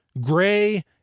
gray